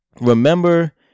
remember